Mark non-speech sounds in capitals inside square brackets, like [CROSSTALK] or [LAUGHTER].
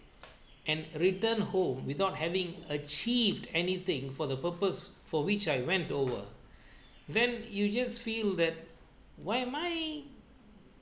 and return home without having achieved anything for the purpose for which I went over [BREATH] then you just feel that why am I